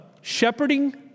shepherding